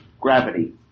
gravity